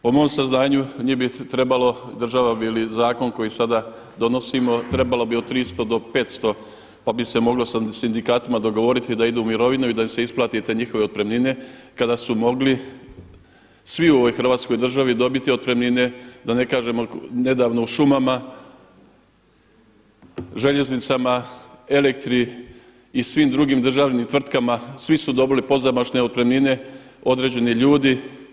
Po mom saznanju njih bi trebalo državom, ili zakon koji sada donosimo, trebalo bi od 300 do 500 pa bi se moglo sa sindikatima dogovoriti da idu u mirovinu i da im se isplate te njihove otpremnine, kada su mogli svi u ovoj hrvatskoj državi dobiti otpremnine, da ne kažemo nedavno u Šumama, Željeznicama, Elektri i svim drugim državnim tvrtkama, svi su dobili pozamašne otpremnine određeni ljudi.